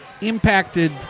impacted